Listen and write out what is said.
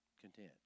content